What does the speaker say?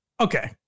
Okay